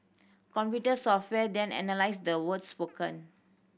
computer software then analyse the words spoken